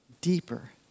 deeper